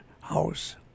house